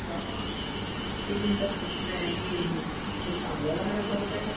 چار سو بیس روپیے کر دیجیے لیکن سر اُس میں ہے کہ نقصان ہو جائے گا میرا سو روپیے کا